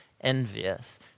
envious